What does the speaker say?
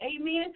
Amen